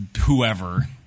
whoever